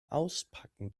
auspacken